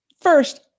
First